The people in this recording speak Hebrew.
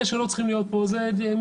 אלה שלא צריכים להיות פה זה מסתננים,